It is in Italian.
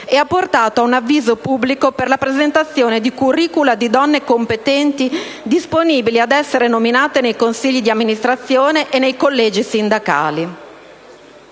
e ha portato a un avviso pubblico per la presentazione di *curricula* di donne competenti, disponibili ad essere nominate nei consigli di amministrazione e nei collegi sindacali.